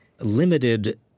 limited